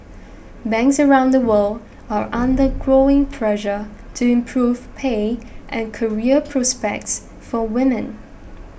banks around the world are under growing pressure to improve pay and career prospects for women